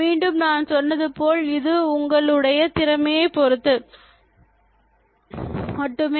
மீண்டும் நான் சொன்னது போல் இது உங்களுடைய திறமையை பொறுத்தது மட்டுமே